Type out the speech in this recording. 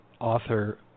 author